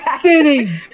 City